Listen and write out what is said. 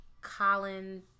Colin